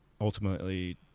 ultimately